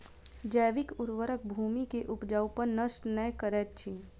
जैविक उर्वरक भूमि के उपजाऊपन नष्ट नै करैत अछि